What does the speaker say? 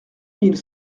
mille